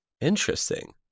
Interesting